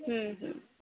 ହୁଁ ହୁଁ